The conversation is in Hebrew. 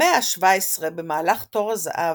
במאה ה-17, במהלך תור הזהב,